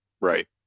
Right